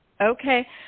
Okay